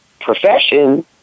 profession